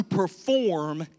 perform